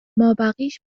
مابقیش